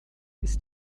ist